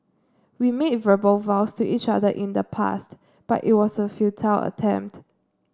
we made verbal vows to each other in the past but it was a futile attempt